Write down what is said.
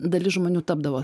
dalis žmonių tapdavo